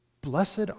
Blessed